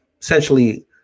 essentially